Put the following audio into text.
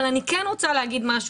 אני כן רוצה לומר משהו.